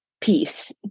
peace